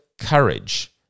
courage